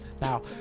Now